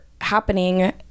happening